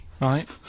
right